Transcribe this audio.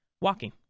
walking